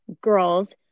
girls